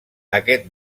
aquest